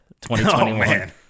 2021